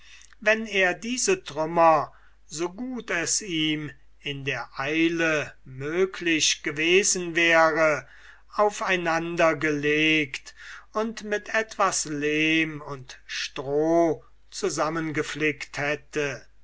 wenn er diese trümmer so gut es ihm in der eile möglich gewesen wäre auf einander gelegt und mit etwas leim und stroh zusammengeflickt hätte